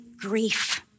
grief